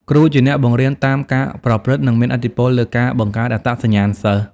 គ្រូជាអ្នកបង្រៀនតាមការប្រព្រឹត្ត និងមានឥទ្ធិពលលើការបង្កើតអត្តសញ្ញាណសិស្ស។